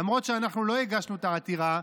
למרות שאנחנו לא הגשנו את העתירה,